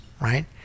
right